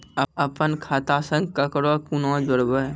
अपन खाता संग ककरो कूना जोडवै?